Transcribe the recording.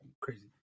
Crazy